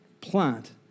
plant